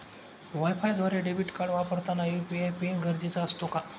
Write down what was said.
वायफायद्वारे debit card वापरताना UPI PIN गरजेचा असतो का?